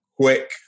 quick